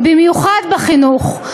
במיוחד בחינוך.